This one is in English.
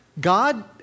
God